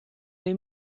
les